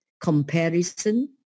comparison